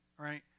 Right